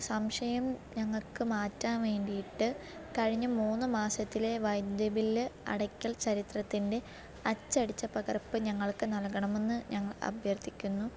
സംശയം ഞങ്ങൾക്ക് മാറ്റാന് വേണ്ടിയിട്ട് കഴിഞ്ഞ മൂന്ന് മാസത്തിലെ വൈദ്യുതി ബില്ല് അടയ്ക്കല് ചരിത്രത്തിന്റെ അച്ചടിച്ച പകര്പ്പ് ഞങ്ങള്ക്ക് നല്കണമെന്ന് ഞങ്ങള് അഭ്യര്ത്ഥിക്കുന്നു